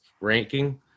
ranking